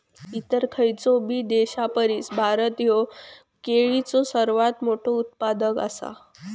इतर खयचोबी देशापरिस भारत ह्यो केळीचो सर्वात मोठा उत्पादक आसा